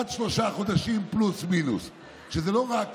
עוד שלושה חודשים פלוס מינוס, שלא רק